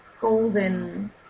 golden